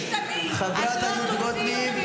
חברת הכנסת גוטליב, קריאה שנייה.